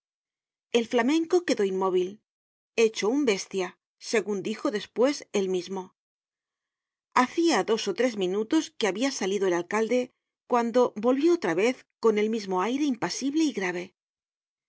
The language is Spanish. el flamenco quedó inmóvil hecho un bestia segun dijo despues él mismo hacia dos ó tres minutos que habia salido el alcalde cuando volvió otra vez con el mismo aire impasible y grave